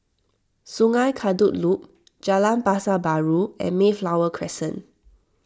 Sungei Kadut Loop Jalan Pasar Baru and Mayflower Crescent